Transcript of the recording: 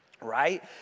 right